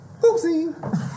Oopsie